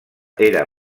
era